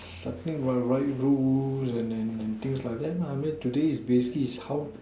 something like right rules and things like that lah I meant basically today is like how